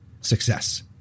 success